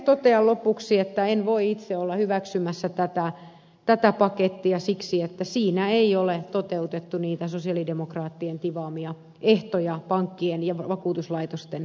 totean lopuksi että en voi itse olla hyväksymässä tätä pakettia siksi että siinä ei ole toteutettu niitä sosialidemokraattien tivaamia ehtoja pankkien ja vakuutuslaitosten vastuusta